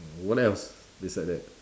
what else beside that